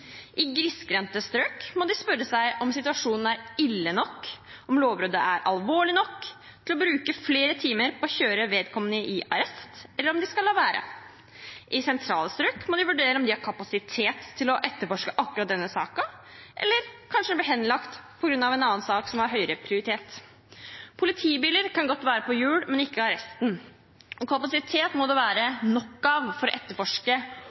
grisgrendte strøk må de spørre seg om situasjonen er ille nok, om lovbruddet er alvorlig nok til at de skal bruke flere timer på å kjøre vedkommende i arresten, eller om de skal la være. I sentrale strøk må de vurdere om de har kapasitet til å etterforske akkurat denne saken, eller kanskje henlegge den på grunn av en annen sak som har høyere prioritet. Politibiler kan godt være på hjul, men ikke arresten. Og kapasitet må det være nok av for å etterforske